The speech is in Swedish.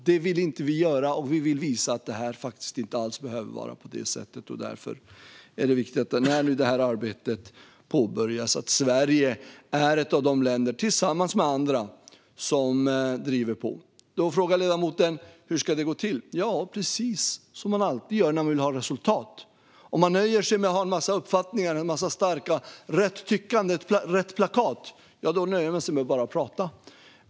Det vill vi inte göra. Vi vill visa att det faktiskt inte alls behöver vara på det sättet. När detta arbete nu påbörjas är det därför viktigt att Sverige är ett av de länder, tillsammans med andra, som driver på. Ledamoten frågade hur det ska gå till. Det ska göras precis som man alltid gör när man vill ha resultat. Om man nöjer sig med att ha en massa uppfattningar, en massa tyckanden och rätt plakat då nöjer man sig med att bara prata.